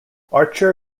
archer